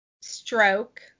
stroke